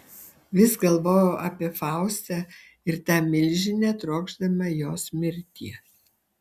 vis galvojau apie faustą ir tą milžinę trokšdama jos mirties